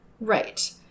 Right